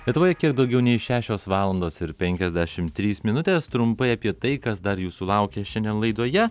lietuvoje kiek daugiau nei šešios valandos ir penkiasdešim trys minutės trumpai apie tai kas dar jūsų laukia šiandien laidoje